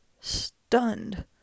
stunned